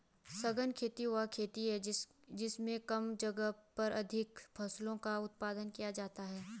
सघन खेती वह खेती है जिसमें कम जगह पर अधिक फसलों का उत्पादन किया जाता है